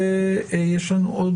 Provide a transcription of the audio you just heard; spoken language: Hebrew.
אנחנו התבקשנו כבר בדיון וזה גם כתוב